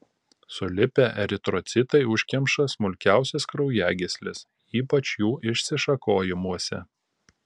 sulipę eritrocitai užkemša smulkiausias kraujagysles ypač jų išsišakojimuose